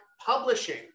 publishing